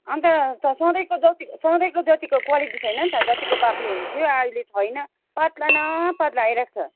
अन्त त सधैँको जति सधैँको जतिको क्वालिटी छैन नि त जतिको बाक्लो हुन्थ्यो अहिले छैन पातला न पातला आइरहेको छ